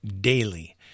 daily